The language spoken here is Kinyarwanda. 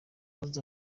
maze